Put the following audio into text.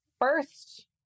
first